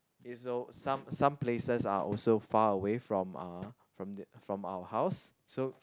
it's a some some places are also far away from uh from our from our house so